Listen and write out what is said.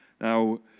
Now